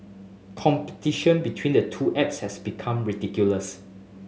competition between the two apps has become ridiculous